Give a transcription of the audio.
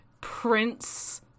prince